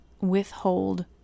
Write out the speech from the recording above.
withhold